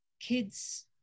kids